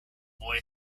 boy